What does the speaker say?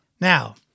Now